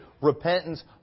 repentance